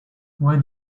when